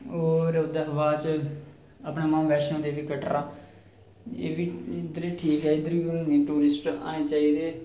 ते होर ओह्दे कशा बाद च अपना मां वैष्णो देवी कटरा एह् बी ठीक ऐ इद्धर बी टुरिस्ट आने चाहिदे